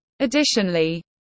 Additionally